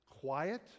quiet